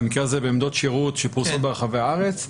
במקרה הזה בעמדות שירות שפרוסות ברחבי הארץ,